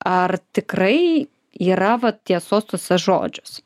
ar tikrai yra vat tiesos tuose žodžiuose